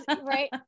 right